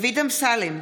דוד אמסלם,